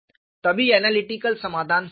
तभी ऐनलिटिकल समाधान सही है